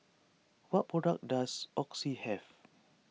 what products does Oxy have